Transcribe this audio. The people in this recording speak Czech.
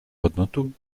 hodnotu